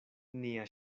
nia